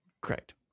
Correct